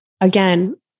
again